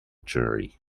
jury